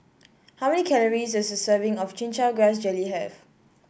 how many calories does a serving of Chin Chow Grass Jelly have